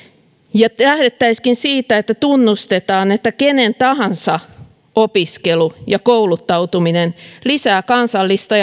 ja lähdettäisiinkin siitä että tunnustetaan että kenen tahansa opiskelu ja kouluttautuminen lisää kansallista